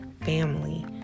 family